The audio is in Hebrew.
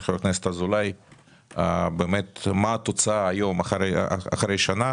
מה התוצאה אחרי שנה.